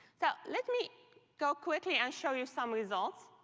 so let me go quickly and show you some results.